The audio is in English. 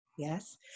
Yes